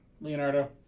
Leonardo